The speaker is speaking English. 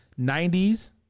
90s